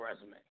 resume